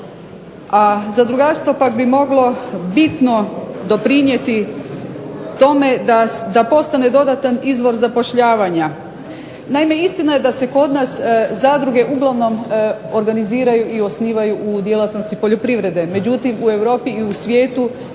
a zadrugarstvo pak bi moglo bitno doprinijeti tome da postane dodatan izvor zapošljavanja. Naime, istina je da se kod nas zadruge uglavnom organiziraju i osnivaju u djelatnosti poljoprivrede. Međutim, u Europi i u svijetu